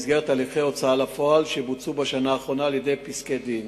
במסגרת הליכי הוצאה לפועל שבוצעו בשנה האחרונה על-ידי פסקי-דין.